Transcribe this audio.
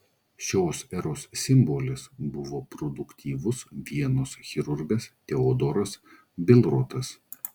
šios eros simbolis buvo produktyvus vienos chirurgas teodoras bilrotas